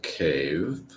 cave